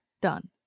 done